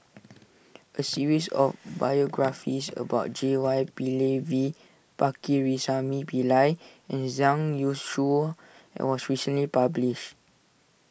a series of biographies about J Y Pillay V Pakirisamy Pillai and Zhang Youshuo it was recently published